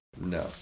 no